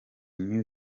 new